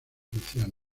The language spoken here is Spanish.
naciones